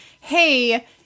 hey